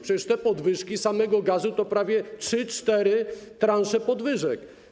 Przecież podwyżki samego gazu to prawie 3, 4 transze podwyżek.